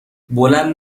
بلند